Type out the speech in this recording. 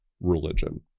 religion